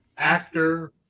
Actor